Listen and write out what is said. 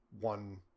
one